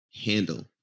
handle